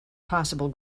possible